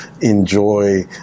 enjoy